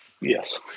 Yes